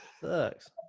sucks